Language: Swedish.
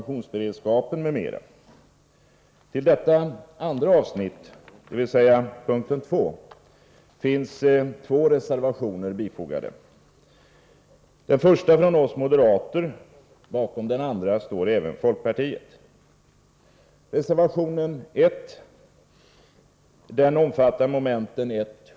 Till det andra avsnittet, dvs. punkten 2, finns två reservationer fogade. Den första är från oss moderater. Bakom den andra står även folkpartiet.